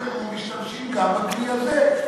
בשעת חירום משתמשים גם בכלי הזה.